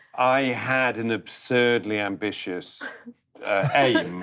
i had an absurdly ambitious aim